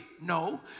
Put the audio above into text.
No